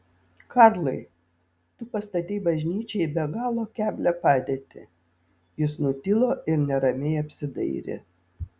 karlai tu pastatei bažnyčią į be galo keblią padėtį jis nutilo ir neramiai apsidairė